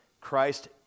Christ